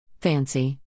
Fancy